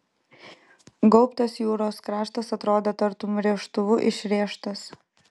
gaubtas jūros kraštas atrodė tartum rėžtuvu išrėžtas